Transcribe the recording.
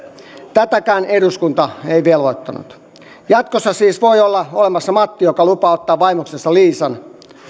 tähänkään eduskunta ei velvoittanut jatkossa siis voi olla olemassa matti joka lupaa ottaa vaimoksensa liisan